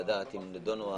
לראות אם נדונו,